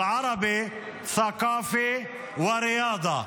בערבית, ת'קאפה וריאדה.